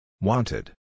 Wanted